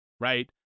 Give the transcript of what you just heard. right